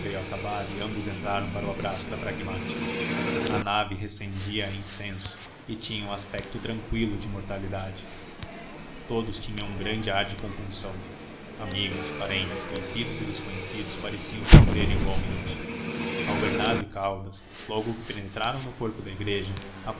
acabar e ambos entraram para o abraço da pragmática a nave rescendia a incenso e tinha um aspecto tranqüilo de imortalidade todos tinham um grande ar de compunção amigos parentes conhecidos e desconhecidos pareciam sofrer igualmente albernaz e caldas logo que penetraram no corpo da igreja